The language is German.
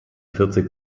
vierzig